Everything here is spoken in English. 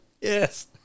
Yes